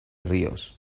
ríos